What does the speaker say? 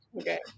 Okay